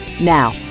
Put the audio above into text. Now